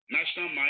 National